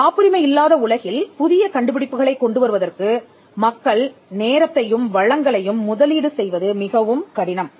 காப்புரிமை இல்லாத உலகில் புதிய கண்டுபிடிப்புகளைக் கொண்டுவருவதற்கு மக்கள் நேரத்தையும் வளங்களையும் முதலீடு செய்வது மிகவும் கடினம்